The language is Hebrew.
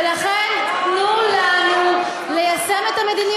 האם מותר ליישם הכול?